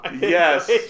Yes